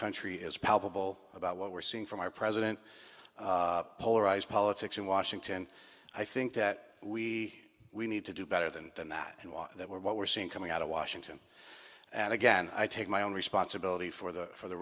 country is palpable about what we're seeing from our president polarized politics in washington i think that we we need to do better than than that was that what we're seeing coming out of washington and again i take my own responsibility for the for the